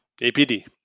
APD